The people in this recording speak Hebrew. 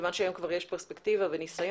כיוון שהיום יש כבר פרספקטיבה וניסיון,